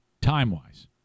time-wise